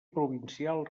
provincial